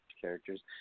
characters